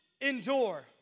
endure